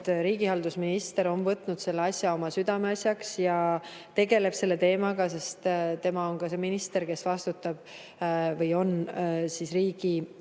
riigihalduse minister on võtnud selle asja oma südameasjaks, tegeleb selle teemaga, sest tema on see minister, kes on Riigi